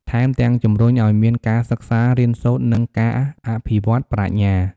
ថែមទាំងជំរុញឱ្យមានការសិក្សារៀនសូត្រ និងការអភិវឌ្ឍប្រាជ្ញា។